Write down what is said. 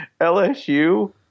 LSU